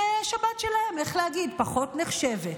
שהשבת שלהם, איך להגיד, פחות נחשבת.